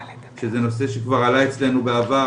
כי זה נושא שכבר עלה אצלנו בעבר,